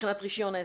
מבחינת רישיון עסק?